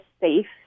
safe